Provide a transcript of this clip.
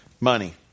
Money